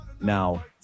now